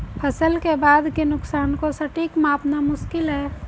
फसल के बाद के नुकसान को सटीक मापना मुश्किल है